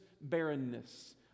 barrenness